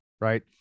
right